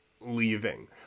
leaving